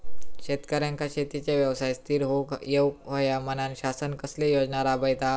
शेतकऱ्यांका शेतीच्या व्यवसायात स्थिर होवुक येऊक होया म्हणान शासन कसले योजना राबयता?